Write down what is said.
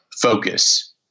focus